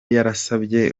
yarasabye